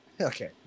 Okay